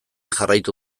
jarraitu